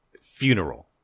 Funeral